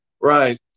Right